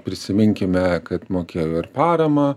prisiminkime kad mokėjo ir paramą